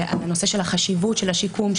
של החשיבות של השיקום,